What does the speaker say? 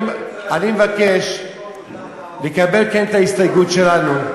אני מבקש כן לקבל את ההסתייגויות שלנו.